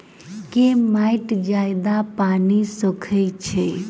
केँ माटि जियादा पानि सोखय छै?